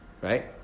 Right